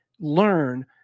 learn